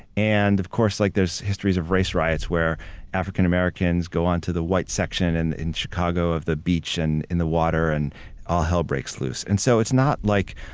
and of course like there's histories of race riots where african americans go onto the white section and in chicago of the beach and in the water and all hell breaks loose. and so it's not like,